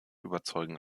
überzeugen